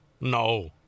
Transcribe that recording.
No